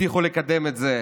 שהבטיחו לקדם את זה,